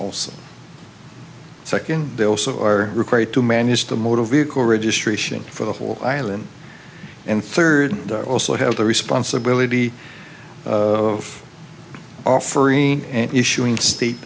also second bill so are required to manage the motor vehicle registration for the whole island and third also have the responsibility of offering an issuing st